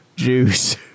juice